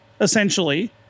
essentially